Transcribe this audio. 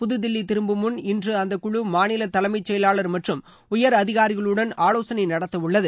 புதுதில்லி திரும்பும் முன் இன்று அந்த குழு மாநில தலைமை செயலாளர் மற்றும் உயர் அதிகாரிகளுடன் ஆலோசனை நடத்த உள்ளது